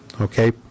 Okay